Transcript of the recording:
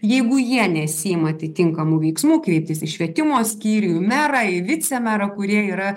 jeigu jie nesiima atitinkamų veiksmų kreiptis į švietimo skyrių į merą į vicemerą kurie yra